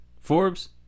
Forbes